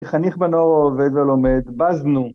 חניך בנו עובד ולומד, בזנו.